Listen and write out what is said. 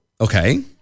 okay